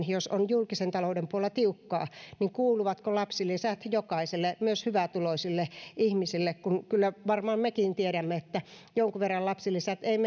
jos on julkisen talouden puolella tiukkaa niin kuuluvatko lapsilisät jatkossakin jokaiselle myös hyvätuloisille ihmisille kyllä varmaan mekin tiedämme että jonkun verran lapsilisät eivät